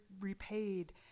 repaid